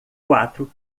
quatro